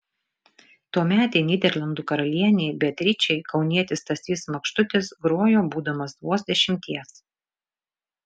tuometei nyderlandų karalienei beatričei kaunietis stasys makštutis grojo būdamas vos dešimties